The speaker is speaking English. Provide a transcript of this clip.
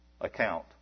account